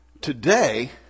today